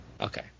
Okay